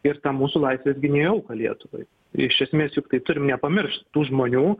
ir tą mūsų laisvės gynėjų auką lietuvai iš esmės juk tai turim nepamiršt tų žmonių